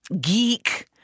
geek